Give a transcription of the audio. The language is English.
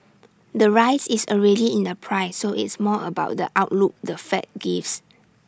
the rise is already in the price so it's more about the outlook the fed gives